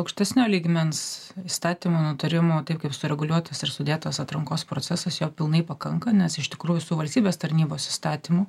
aukštesnio lygmens įstatymo nutarimo taip kaip sureguliuotas ir sudėtas atrankos procesas jo pilnai pakanka nes iš tikrųjų su valstybės tarnybos įstatymu